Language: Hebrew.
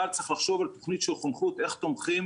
אבל צריך לחשוב על תכנית של חונכות איך תומכים